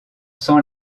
sent